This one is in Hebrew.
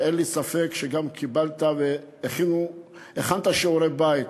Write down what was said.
ואין לי ספק שהכנת שיעורי בית,